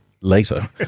later